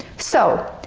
so,